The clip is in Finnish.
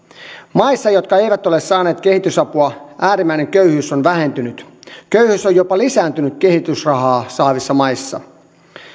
maissa jotka eivät ole saaneet kehitysapua äärimmäinen köyhyys on vähentynyt köyhyys on jopa lisääntynyt kehitysrahaa saavissa maissa